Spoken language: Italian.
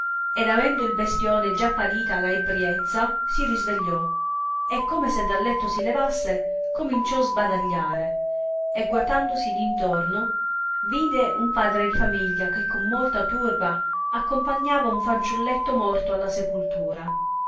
ed avendo il bestione già padita la ebbriezza si risvegliò e come se dal letto si levasse cominciò sbadagliare e guatandosi d intorno vide un padre di famiglia che con molta turba accompagnava un fanciulletto morto alla sepoltura